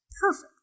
perfect